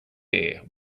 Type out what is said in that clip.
air